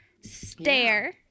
stare